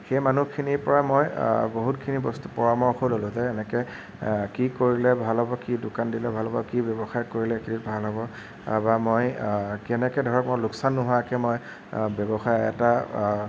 সেই মানুহখিনিৰ পৰা মই বহুতখিনি বস্তু পৰামৰ্শ ললোঁ যে এনেকৈ কি কৰিলে ভাল হ'ব কি দোকান দিলে ভাল হ'ব কি ব্য়ৱসায় কৰিলে কি ভাল হ'ব বা মই কেনেকৈ ধৰক মই লোকচান নোহোৱাকে মই ব্য়ৱসায় এটা